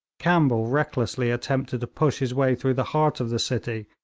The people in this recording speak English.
campbell recklessly attempted to push his way through the heart of the city,